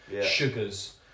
sugars